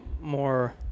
more